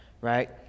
right